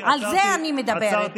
על זה אני מדברת.